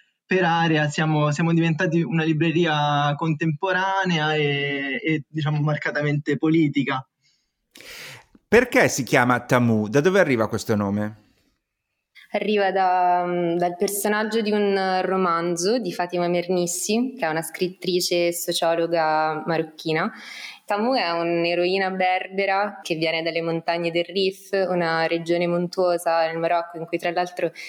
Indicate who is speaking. Speaker 1: per area, siamo- siamo diventati una libreria contemporanea e- e, diciamo, marcatamente politica.
Speaker 2: Perché si chiama Tamu? Da dove arriva questo nome?
Speaker 3: Arriva da- dal personaggio di un romanzo di Fatima Mernissi, che è una scrittrice e sociologa marocchina. Tamu è un'eroina berbera che viene dalle montagne del Rif, una regione montuosa nel Marocco in cui, tra l'altro,